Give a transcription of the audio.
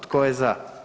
Tko je za?